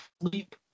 sleep